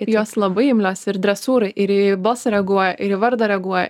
ir jos labai imlios ir dresūrai ir į balsą reaguoja ir į vardą reaguoja